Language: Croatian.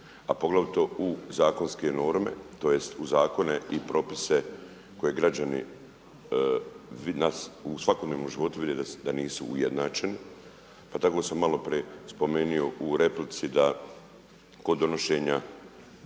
a poglavito u zakonske norme tj. u zakone i propise koje građani u svakodnevnom životu vide da nisu ujednačeni. Pa tako sam maloprije spomenuo u replici da kod donošenja